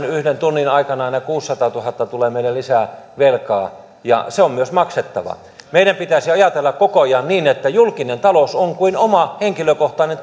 yhden tunnin aikana noin kuusisataatuhatta tulee meille lisää velkaa ja se on myös maksettava meidän pitäisi ajatella koko ajan niin että julkinen talous on kuin oma henkilökohtainen